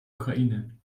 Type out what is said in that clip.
ukraine